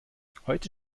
heute